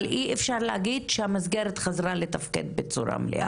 אבל אי אפשר להגיד שהמסגרת חזרה לתפקד בצורה מלאה.